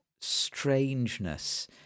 strangeness